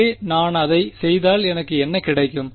எனவே நான் அதைச் செய்தால் எனக்கு என்ன கிடைக்கும்